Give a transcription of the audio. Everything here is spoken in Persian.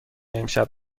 امشب